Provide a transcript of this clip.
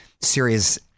serious